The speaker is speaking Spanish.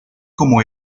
como